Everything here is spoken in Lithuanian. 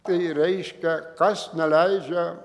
tai reiškia kas neleidžia